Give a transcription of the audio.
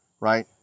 right